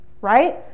Right